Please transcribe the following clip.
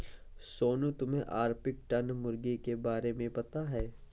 सोनू, तुम्हे ऑर्पिंगटन मुर्गी के बारे में पता है?